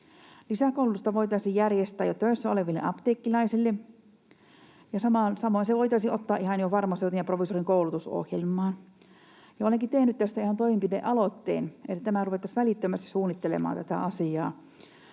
Lisäkoulutusta voitaisiin järjestää jo töissä oleville apteekkilaisille, ja samoin se voitaisiin ottaa ihan jo farmaseutin ja proviisorin koulutusohjelmaan. Olenkin tehnyt tästä ihan toimenpidealoitteen, että ruvettaisiin välittömästi suunnittelemaan tätä asiaa.